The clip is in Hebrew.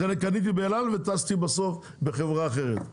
קניתי כרטיס באל על ובסוף טסתי בחברה אחרת,